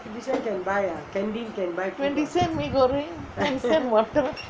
twenty cent mee goreng ten cent water